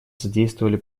содействовали